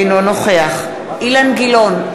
אינו נוכח אילן גילאון,